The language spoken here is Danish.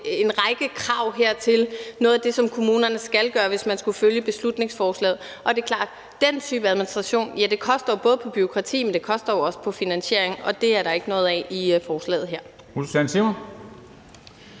en række krav til, hvad kommunerne skulle gøre, hvis man skulle følge beslutningsforslaget, og det er klart, at den type administration både kræver bureaukrati, men også finansiering, og det er der ikke noget af i forslaget her.